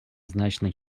значно